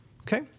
okay